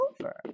over